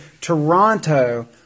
toronto